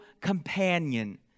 companion